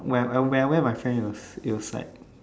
where where where my friends use it looks like